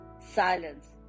Silence